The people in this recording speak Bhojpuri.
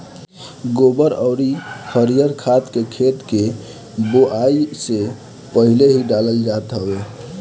गोबर अउरी हरिहर खाद के खेत के बोआई से पहिले ही डालल जात हवे